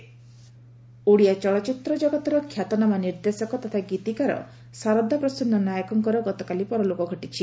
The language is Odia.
ପରଲୋକ ଓଡ଼ିଆ ଚଳଚ୍ଚିତ୍ର ଜଗତର ଖ୍ୟାତନାମା ନିର୍ଦ୍ଦେଶକ ତଥା ଗୀତିକାର ସାରଦା ପ୍ରସନ୍ ନାୟକଙ୍କର ଗତକାଲି ପରଲୋକ ଘଟିଛି